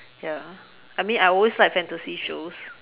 ya I mean I always like fantasy shows